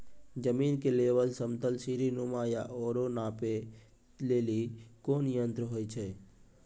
जमीन के लेवल समतल सीढी नुमा या औरो नापै लेली कोन यंत्र होय छै?